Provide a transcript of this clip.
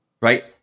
right